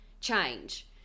change